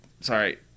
Sorry